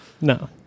no